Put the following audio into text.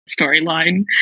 storyline